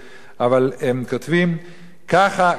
אבל הם כותבים, כך הוא כותב: